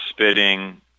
spitting